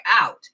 out